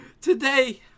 today